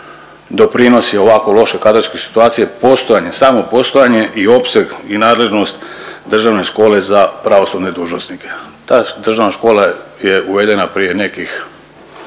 doprinosi ovako lošoj kadrovskoj situaciji je postojanje, samo postojanje i opseg i nadležnost Državne škole za pravosudne dužnosnike. Ta državna škola je uvedena prije nekih